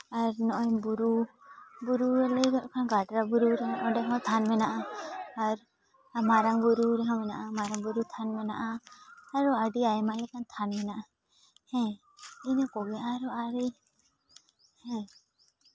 ᱟᱨ ᱢᱚᱜᱼᱚᱭ ᱵᱩᱨᱩ ᱵᱩᱨᱩ ᱨᱮ ᱞᱟᱹᱭ ᱠᱟᱜ ᱠᱷᱟᱱ ᱜᱟᱰᱨᱟ ᱵᱩᱨᱩ ᱨᱮ ᱚᱸᱰᱮ ᱦᱚᱸ ᱛᱷᱟᱱ ᱢᱮᱱᱟᱜᱼᱟ ᱟᱨ ᱢᱟᱨᱟᱝᱼᱵᱩᱨᱩ ᱨᱮᱦᱚᱸ ᱢᱮᱱᱟᱜᱼᱟ ᱢᱟᱨᱟᱝᱼᱵᱩᱨᱩ ᱛᱷᱟᱱ ᱢᱮᱱᱟᱜᱼᱟ ᱟᱨᱚ ᱟᱹᱰᱤ ᱟᱭᱢᱟ ᱞᱮᱠᱟᱱ ᱛᱷᱟᱱ ᱢᱮᱱᱟᱜᱼᱟ ᱦᱮᱸ ᱤᱱᱟᱹ ᱠᱚᱜᱮ ᱟᱨᱚ ᱟᱨᱚ ᱦᱮᱸ